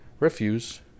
Refuse